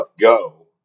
go